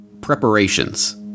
Preparations